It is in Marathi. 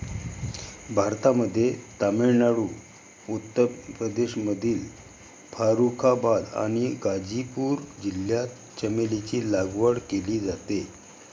भारतामध्ये तामिळनाडू, उत्तर प्रदेशमधील फारुखाबाद आणि गाझीपूर जिल्ह्यात चमेलीची लागवड केली जाते